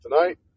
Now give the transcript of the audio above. tonight